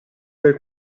per